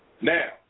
Now